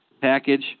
package